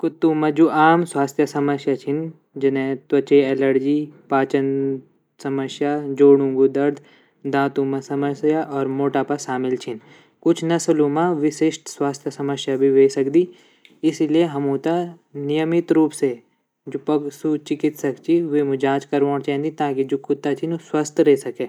कुत्तु म जू आम स्वस्त्य संबंधित समस्या छीन जने त्वचे एलर्जी पाचन समस्या जोड़ों दर्द दाँतु म समस्या और मोटापा सामिल छीन कुछ नसलूँ म विसिस्ट स्वास्त्य समस्या भी वे सकदी इसलिये हमू त नियमित रूप से जू पसु कु चिकित्सक ची वेमु जाँच करवोंण चेंदी ताकि जू कुत्ता छीन ऊ स्वस्त रे सके।